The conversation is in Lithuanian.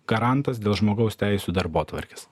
garantas dėl žmogaus teisių darbotvarkės